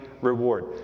reward